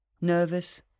nervous